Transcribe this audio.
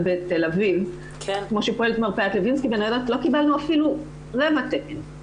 ובתל אביב לא קיבלנו אפילו רבע תקן.